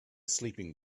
sleeping